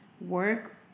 work